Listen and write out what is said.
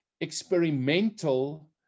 experimental